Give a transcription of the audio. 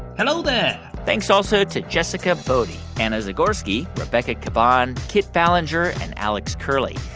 hello there thanks also to jessica boddy, anna zagorski, rebecca caban, kit ballenger and alex curley.